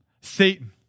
Satan